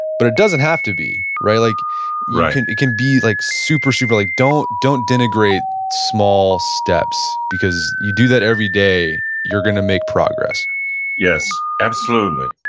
but it doesn't have to be, right? like right and it can be like super, super, like don't don't denigrate small steps because you do that every day, you're going to make progress yes. absolutely.